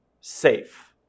safe